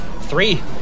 Three